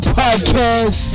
podcast